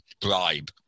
bribe